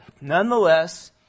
nonetheless